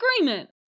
agreement